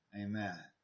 Amen